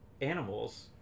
animals